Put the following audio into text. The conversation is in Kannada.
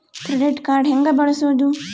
ಕ್ರೆಡಿಟ್ ಕಾರ್ಡ್ ಹೆಂಗ ಬಳಸೋದು?